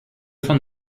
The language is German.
von